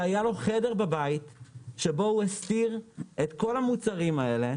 שהיה לו חדר בבית שבו הוא הסתיר את כל המוצרים האלה,